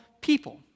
people